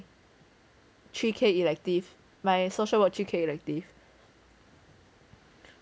three K elective my social work three K elective